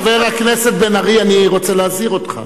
חבר הכנסת בן-ארי, אני רוצה להזהיר אותך.